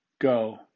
Go